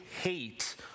hate